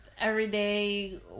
everyday